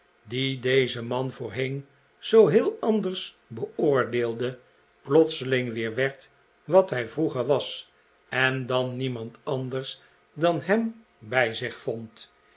die dezen man voorheen zoo heel anders beoordeelde plotseling weer werd wat hij vroeger was en dan niemand anders dan hem bij zich vond